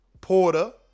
Porter